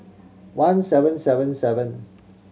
one seven seven seven